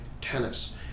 tennis